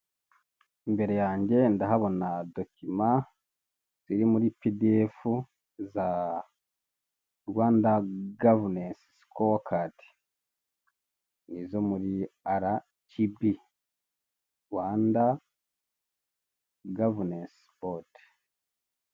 Imbere yange ndahabona dokima ziri muri pi di efu, za Rwanda gavunensi sikowa kadi. Ni izo muri ara gi bi, Rwanda gavunensi bodi.